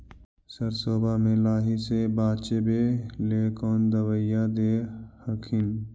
सरसोबा मे लाहि से बाचबे ले कौन दबइया दे हखिन?